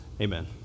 amen